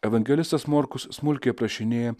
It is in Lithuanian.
evangelistas morkus smulkiai aprašinėja